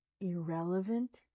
irrelevant